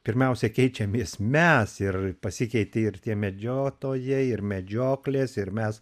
pirmiausia keičiamės mes ir pasikeitė ir tie medžiotojai ir medžioklės ir mes